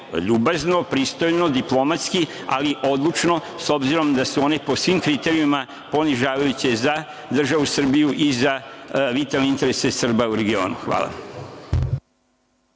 ljubazno, pristojno, diplomatski, ali odlučno s obzirom da su one po svim kriterijumima ponižavajuće za državu Srbiju i za vitalne interese Srba u regionu? Hvala.